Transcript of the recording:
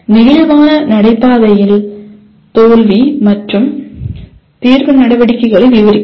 நெகிழ்வான நடைபாதைகளின் தோல்வி மற்றும் தீர்வு நடவடிக்கைகளை விவரிக்கவும்